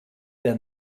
der